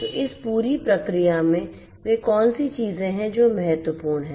तो इस पूरी प्रक्रिया में वे कौन सी चीजें हैं जो महत्वपूर्ण हैं